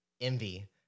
envy